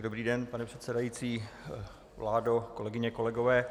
Dobrý den, pane předsedající, vládo, kolegyně, kolegové.